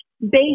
based